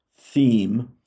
theme